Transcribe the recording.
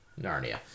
Narnia